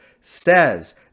says